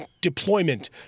deployment